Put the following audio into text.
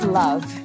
love